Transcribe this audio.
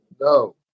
No